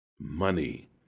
money